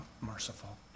merciful